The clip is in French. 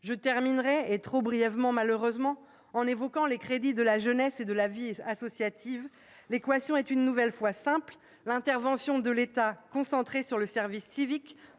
Je terminerai, trop brièvement malheureusement, en évoquant les crédits de la jeunesse et de la vie associative. L'équation est une nouvelle fois simple : l'intervention de l'État, concentrée sur le service civique,